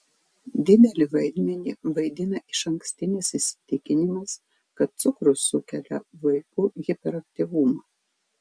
didelį vaidmenį vaidina išankstinis įsitikinimas kad cukrus sukelia vaikų hiperaktyvumą